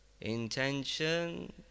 Intention